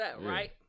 right